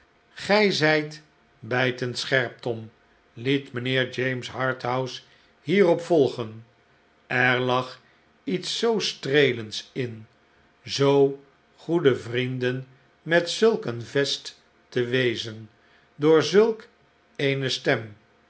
ge zijt bijtend scherp tom liet mijnheer james harthouse hierop volgen er lag iets zoo streelends in zoo goede vrienden met zulk een vest te wezen door zulk eene stem